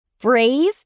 Brave